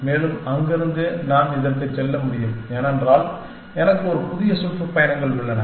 மேலும் அங்கிருந்து நான் இதற்குச் செல்ல முடியும் ஏனென்றால் எனக்கு ஒரு புதிய சுற்றுப்பயணங்கள் உள்ளன